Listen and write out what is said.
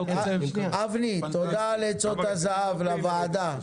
אבני, תודה על עצות הזהב לוועדה.